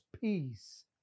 peace